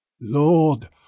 Lord